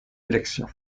élection